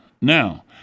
Now